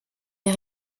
les